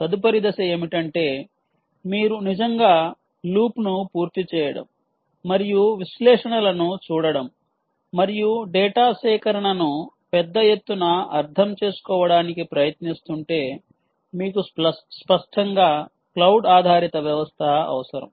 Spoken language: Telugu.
తదుపరి దశ ఏమిటంటే మీరు నిజంగా లూప్ను పూర్తి చేయడం మరియు విశ్లేషణలను చూడటం మరియు డేటా సేకరణను పెద్ద ఎత్తున అర్థం చేసుకోవడానికి ప్రయత్నిస్తుంటే మీకు స్పష్టంగా క్లౌడ్ ఆధారిత వ్యవస్థ అవసరం